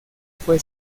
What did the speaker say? fue